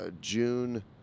June